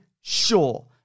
sure